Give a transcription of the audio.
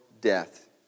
death